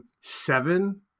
seven